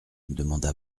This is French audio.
demanda